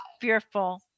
fearful